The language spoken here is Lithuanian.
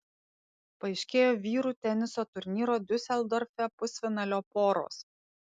paaiškėjo vyrų teniso turnyro diuseldorfe pusfinalio poros